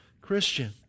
Christian